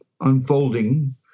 unfolding